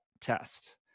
test